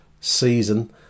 season